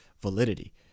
validity